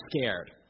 scared